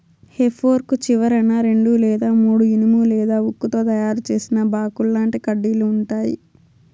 హె fork చివరన రెండు లేదా మూడు ఇనుము లేదా ఉక్కుతో తయారు చేసిన బాకుల్లాంటి కడ్డీలు ఉంటాయి